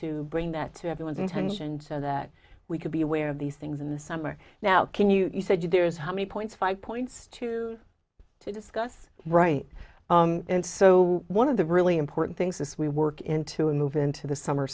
to bring that to everyone's intention so that we could be aware of these things in the summer now can you said you there is how many points five points to to discuss right and so one of the really important things as we work into a move into the summer